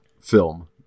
film